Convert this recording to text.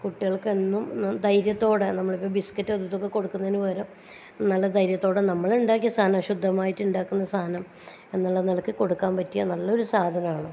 കുട്ടികൾക്കെന്നും ധൈര്യത്തോടെ നമ്മൾ ബിസ്ക്കറ്റ് അതും ഇതും ഒക്കെ കൊടുക്കുന്നതിനു പകരം നല്ല ധൈര്യത്തോടെ നമ്മളുണ്ടാക്കിയ സാധനം ശുദ്ധമായിട്ട് ഉണ്ടാക്കുന്ന സാധനം എന്നുള്ള നിലക്ക് കൊടുക്കാൻ പറ്റിയ നല്ലൊരു സാധനമാ ണ്